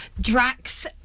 Drax